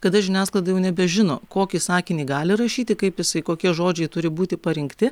kada žiniasklaida jau nebežino kokį sakinį gali rašyti kaip jisai kokie žodžiai turi būti parinkti